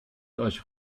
euch